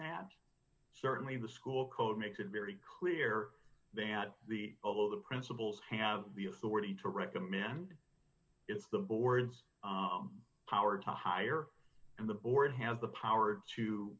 nab certainly the school code makes it very clear that the although the principal have the authority to recommend is the board's power to hire and the board has the power to